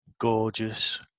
gorgeous